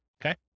Okay